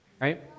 Right